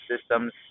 systems